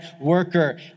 worker